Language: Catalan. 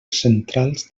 centrals